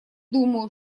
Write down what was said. думаю